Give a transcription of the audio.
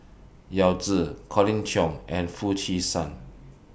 Yao Zi Colin Cheong and Foo Chee San